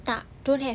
tak don't have